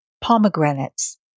pomegranates